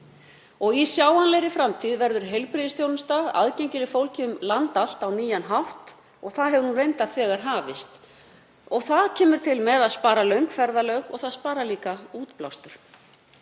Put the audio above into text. Í sjáanlegri framtíð verður heilbrigðisþjónusta aðgengileg fólki um land allt á nýjan hátt og það hefur reyndar þegar hafist. Það kemur til með að spara löng ferðalög og það sparar líka útblástur.